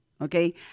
Okay